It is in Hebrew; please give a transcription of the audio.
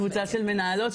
קבוצה של מנהלות,